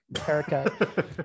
haircut